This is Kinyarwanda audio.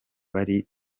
bari